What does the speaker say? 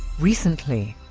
recently,